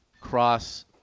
cross